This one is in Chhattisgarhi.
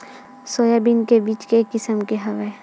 सोयाबीन के बीज के किसम के हवय?